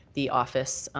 the office,